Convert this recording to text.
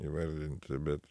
įvardinti bet